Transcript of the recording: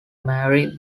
marry